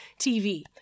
TV